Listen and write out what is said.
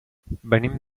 venim